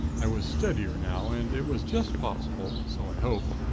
i was steadier now, and it was just possible, so i hoped,